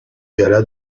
gala